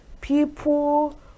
people